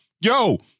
yo